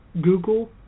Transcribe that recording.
Google